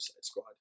Squad